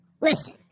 Listen